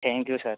thank you sir